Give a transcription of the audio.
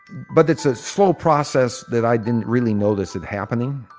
but it's a slow process that i didn't really notice and happening,